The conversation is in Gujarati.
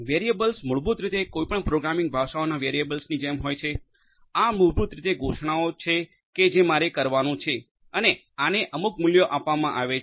વેરિયેબલ્સ મૂળભૂતરીતે કોઈપણ પ્રોગ્રામિંગ ભાષાઓના વેરિયેબલ્સની જેમ હોય છે આ મૂળભૂત રીતે ઘોષણાઓ છે કે મારે જે કરવાનું છે અને આને અમુક મૂલ્યો આપવામાં આવે છે